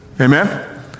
amen